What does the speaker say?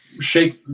Shake